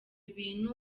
bintu